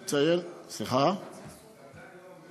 זה עדיין לא אומר